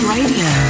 Radio